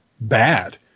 bad